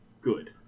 good